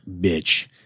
bitch